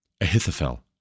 Ahithophel